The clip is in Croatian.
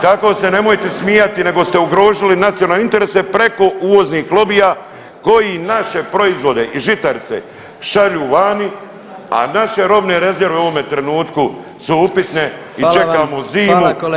Tako se nemojte smijati nego ste ugrozili nacionalne interese preko uvoznih lobija koji naše proizvode i žitarice šalju vani, a naše robe rezerve u ovome trenutku su upitne i čekamo zimu